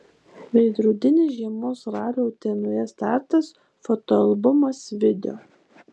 veidrodinis žiemos ralio utenoje startas fotoalbumas video